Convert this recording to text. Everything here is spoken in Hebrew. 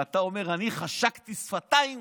ואתה אומר: אני חשקתי שפתיים